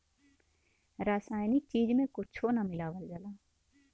रासायनिक चीज में कुच्छो ना मिलावल जाला